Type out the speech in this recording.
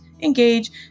engage